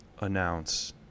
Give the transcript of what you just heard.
announce